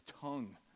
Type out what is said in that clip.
tongue